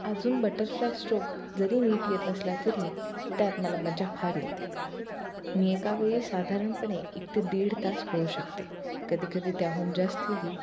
अजून butterfly stroke जरी नीट येत नसला तरी त्यात मला मज्जा फार येते मी एकावेेळी साधारणपणे एक ते दीड तास पोहू शकते कधीकधी त्याहून जास्तही